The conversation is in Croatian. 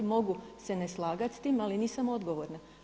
Mogu se ne slagati s tim ali nisam odgovorna.